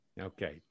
Okay